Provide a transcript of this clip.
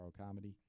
Comedy